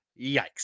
Yikes